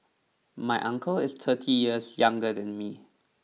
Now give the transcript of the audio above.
my uncle is thirty years younger than me